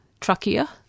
truckier